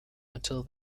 until